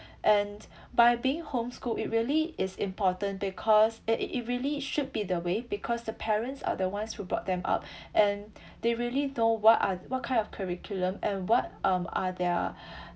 and by being home schooled it really is important because it it really should be the way because the parents are the ones who brought them up and they really know what are what kind of curriculum and what um are their